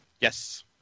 Yes